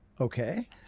Okay